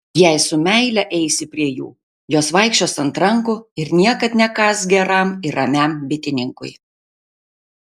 jei su meile eisi prie jų jos vaikščios ant rankų ir niekad nekąs geram ir ramiam bitininkui